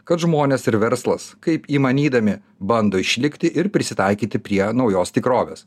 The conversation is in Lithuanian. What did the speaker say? kad žmonės ir verslas kaip įmanydami bando išlikti ir prisitaikyti prie naujos tikrovės